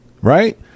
Right